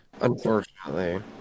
unfortunately